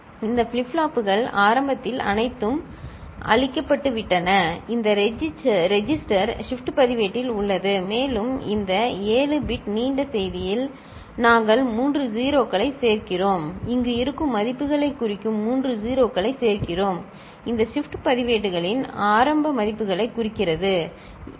இந்த ஃபிளிப் ஃப்ளாப்புகள் ஆரம்பத்தில் அனைத்தும் அழிக்கப்பட்டுவிட்டன இந்த ரெஜிஸ்டர் ஷிப்ட் பதிவேட்டில் உள்ளது மேலும் இந்த 7 பிட் நீண்ட செய்தியில் நாங்கள் மூன்று 0 களைச் சேர்க்கிறோம் இங்கு இருக்கும் மதிப்புகளைக் குறிக்கும் மூன்று 0 களைச் சேர்க்கிறோம் இந்த ஷிப்ட் பதிவேடுகளின் ஆரம்ப மதிப்புகளைக் குறிக்கிறது சரி